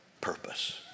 purpose